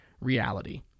reality